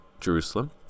Jerusalem